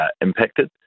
impacted